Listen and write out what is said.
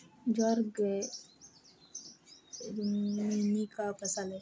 ज्वार ग्रैमीनी का फसल है